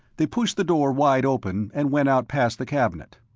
they pushed the door wide-open and went out past the cabinet.